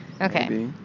okay